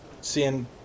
seeing